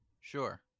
Sure